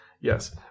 Yes